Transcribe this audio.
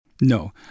No